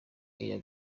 iya